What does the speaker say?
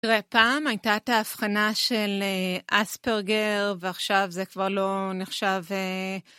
תראה, פעם הייתה את ההבחנה של אספרגר, ועכשיו זה כבר לא נחשב...